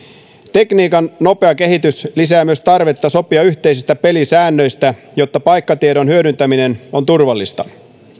tekniikan nopea kehitys lisää myös tarvetta sopia yhteisistä pelisäännöistä jotta paikkatiedon hyödyntäminen on turvallista